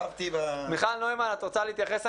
מיכל נוימן, את רוצה להתייחס?